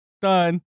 done